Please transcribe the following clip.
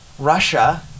Russia